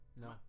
No